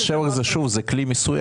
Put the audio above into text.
מס שבח הוא כלי מיסוי.